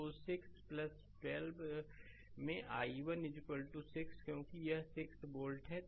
तो 6 12 में i1 6 क्योंकि यह 6 वोल्ट है